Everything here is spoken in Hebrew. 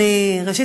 ראשית,